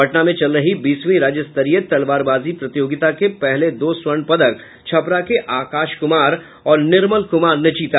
पटना में चल रही बीसवीं राज्य स्तरीय तलवारबाजी प्रतियोगिता के पहले दो स्वर्ण पदक छपरा के आकाश कुमार और निर्मल कुमार ने जीता